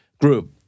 group